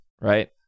right